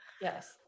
Yes